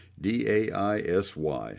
Daisy